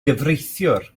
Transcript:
gyfreithiwr